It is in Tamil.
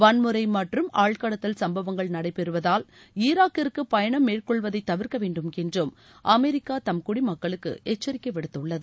வன்முறை மற்றும் ஆள்கடத்தல் சம்பவங்கள் நடைபெறுவதால் ஈராக்கிற்கு பயணம் மேற்கொள்வதை தவிர்க்கவேண்டும் என்றும் அமெரிக்கா தம் குடிமக்களுக்கு எச்சரிக்கை விடுத்துள்ளது